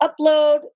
upload